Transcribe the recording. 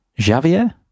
javier